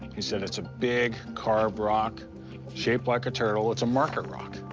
he said it's a big carved rock shaped like a turtle. it's a marker rock.